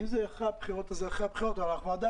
אנחנו כרגע